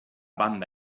banda